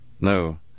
No